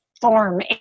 form